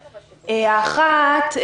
האחת,